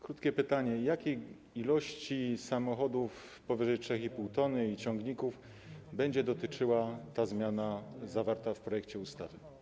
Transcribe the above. Krótkie pytanie: Jakiej ilości samochodów powyżej 3,5 t i ciągników będzie dotyczyła ta zmiana zawarta w projekcie ustawy?